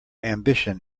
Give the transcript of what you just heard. ambition